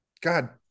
God